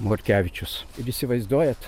morkevičius ir įsivaizduojat